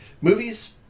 Movie's